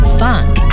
funk